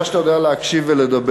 אני יודע שאתה יודע להקשיב ולדבר,